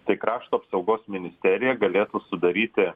tai krašto apsaugos ministerija galėtų sudaryti